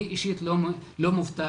אני אישית לא מופתע,